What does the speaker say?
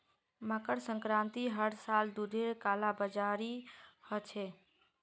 मकर संक्रांतित हर साल दूधेर कालाबाजारी ह छेक